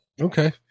Okay